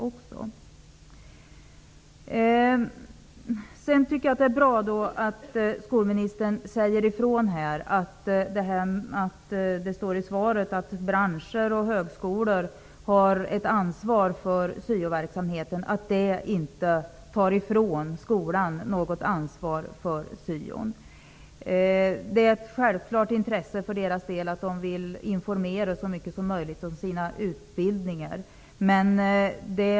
Jag tycker att det är bra att skolministern säger ifrån i svaret att branscher och högskolor har ett ansvar för syoverksamheten och att detta inte tar ifrån skolorna något ansvar för syoverksamheten. Det är ett självklart intresse för dem att informera så mycket som möjligt om sina utbildningar.